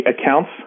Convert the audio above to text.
accounts